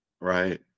right